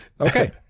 Okay